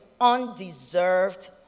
undeserved